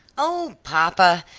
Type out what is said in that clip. oh, papa,